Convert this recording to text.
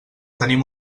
tenim